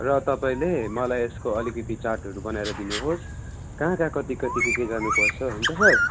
र तपाईँले मलाई यसको अलिकति चार्टहरू बनाएर दिनुहोस् कहाँ कहाँ कति कति के के जानु पर्छ हुन्छ सर